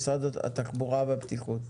משרד התחבורה והבטיחות.